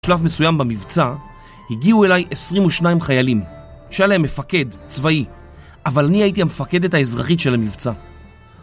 בשלב מסוים במבצע הגיעו אליי 22 חיילים, שהיה להם מפקד, צבאי, אבל אני הייתי המפקדת האזרחית של המבצע